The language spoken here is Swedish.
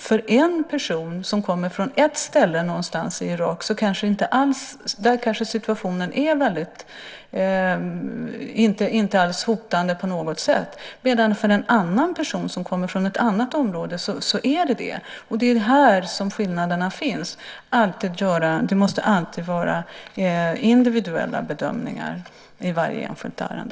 För en person som kommer från ett ställe någonstans i Irak är situationen inte hotande på något sätt. För en annan person som kommer från ett annat område är den det. Det är där skillnaderna finns. Det måste vara individuella bedömningar i varje enskilt ärende.